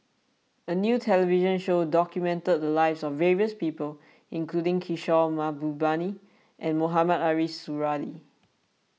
A new television show documented the lives of various people including Kishore Mahbubani and Mohamed Ariff Suradi